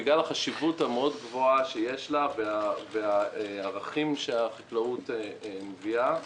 בגלל החשיבות הגבוהה מאוד שיש לה והערכים שהחקלאות מביאה,